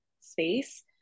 space